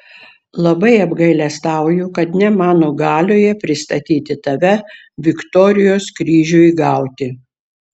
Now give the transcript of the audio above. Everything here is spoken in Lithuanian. labai apgailestauju kad ne mano galioje pristatyti tave viktorijos kryžiui gauti